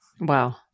Wow